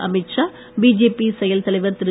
Amit Shah BJP செயல் தலைவர் திரு